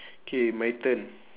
K my turn